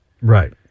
right